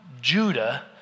Judah